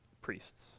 priests